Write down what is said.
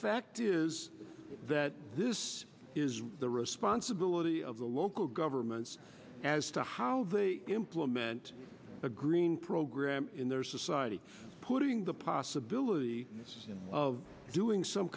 fact is that this is the responsibility of the local governments as to how they implement a green program in their society putting the possibility of doing some